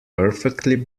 perfectly